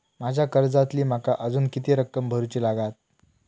माझ्या कर्जातली माका अजून किती रक्कम भरुची लागात?